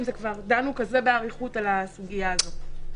אם כבר דנו באריכות על הסוגיה הזו.